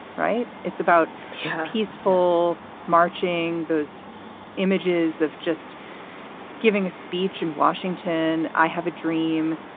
right. it's about he's full marching. those images of just giving a speech in washington. i have a dream.